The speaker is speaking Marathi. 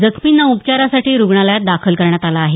जखमींना उपचारांसाठी रुग्णालयात दाखल करण्यात आल आहे